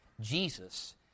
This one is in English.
Jesus